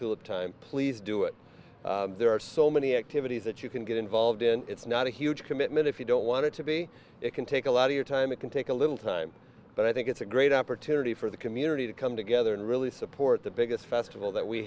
tulip time please do there are so many activities that you can get involved in it's not a huge commitment if you don't want to be it can take a lot of your time it can take a little time but i think it's a great opportunity for the community to come together and really support the biggest festival that we